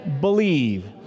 believe